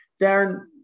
Darren